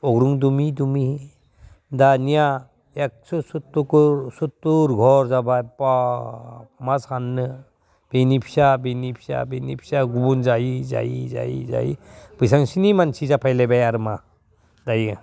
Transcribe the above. दानिया एगस' सदथर घर जाबाय बाब मा साननो बिनि फिसा बिनि फिसा बिनि फिसा गुबुन जायै जायै जायै जायै बिसांखिनि मानसि जाफैलायबाय आरोमा दायो